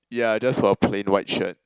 yeah just for plain white shirt